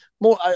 more